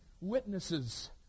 witnesses